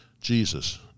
Jesus